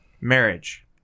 Marriage